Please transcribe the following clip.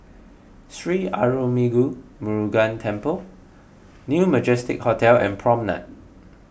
Sri Arulmigu Murugan Temple New Majestic Hotel and Promenade